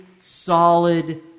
solid